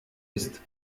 ist